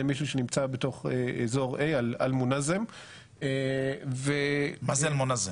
גם הומצאה על ידי מישהו שנמצא בתוך אזור A. מה זה אל מונזם?